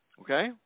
Okay